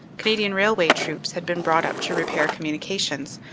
canadian railway troops had been brought up to repair communications,